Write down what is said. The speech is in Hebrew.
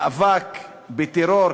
מאבק בטרור,